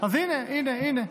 אז הינה, הינה.